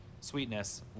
sweetness